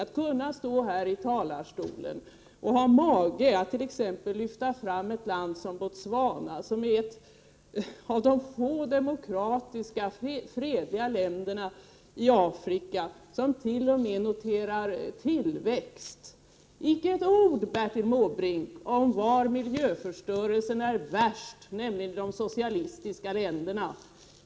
Att kunna stå här i talarstolen och ha mage att t.ex. lyfta fram ett land som Botswana, som är ett av de få demokratiska, fredliga länderna i Afrika som t.o.m. noterar tillväxt! Icke ett ord, Bertil Måbrink, om var miljöförstöringen är värst, nämligen i de socialistiska länderna.